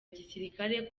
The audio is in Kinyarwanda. gisirikare